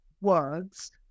Words